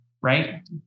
right